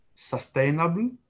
Sustainable